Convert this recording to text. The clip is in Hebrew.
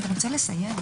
זו הצעה